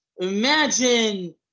Imagine